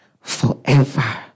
forever